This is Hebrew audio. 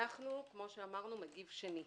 כאמור אנחנו מגיב שני.